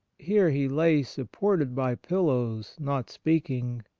here he lay supported by pillows, not speaking,